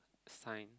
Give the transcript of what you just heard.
a sign